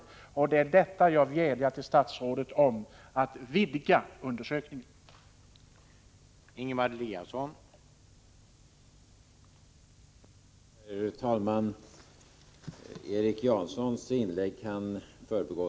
Det är mot den bakgrunden jag vädjar till statsrådet om att undersökningen skall vidgas.